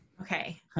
Okay